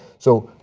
so,